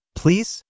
please